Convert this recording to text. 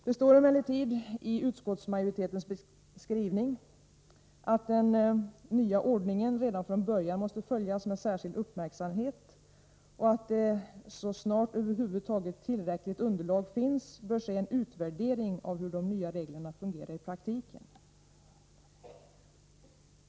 Det står emellertid i utskottsmajoritetens skrivning att den nya ordningen redan från början måste följas med särskild uppmärksamhet och att det så snart över huvud taget tillräckligt underlag finns bör ske en utvärdering av hur de nya reglerna fungerar i praktiken.